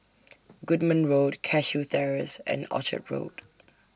Goodman Road Cashew Terrace and Orchard Road